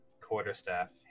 quarterstaff